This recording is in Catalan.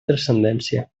transcendència